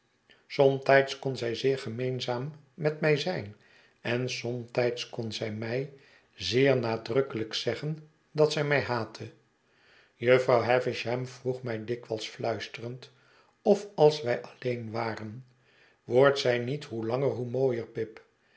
somtijds kon zij zeer gemeenzaam met mij zijn en somtijds kon zij mij zeer nadrukkelijk zeggen dat zij mij haatte jufvrouw havisham vroeg mij dikwijls fluisterend of als wij alleen waren wordt zij niet hoe langer hoe mooier pip